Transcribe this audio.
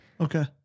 Okay